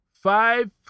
five